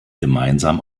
gemeinsam